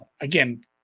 again